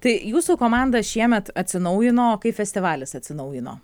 tai jūsų komanda šiemet atsinaujino kai festivalis atsinaujino